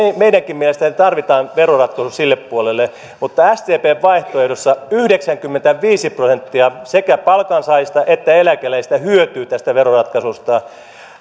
meidänkin mielestämme tarvitaan veroratkaisu sille puolelle mutta sdpn vaihtoehdossa yhdeksänkymmentäviisi prosenttia sekä palkansaajista että eläkeläisistä hyötyy tästä veroratkaisusta